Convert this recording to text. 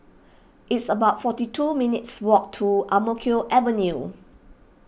it's about forty two minutes' walk to Ang Mo Kio Avenue